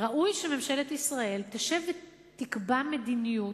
ראוי שממשלת ישראל תשב ותקבע מדיניות,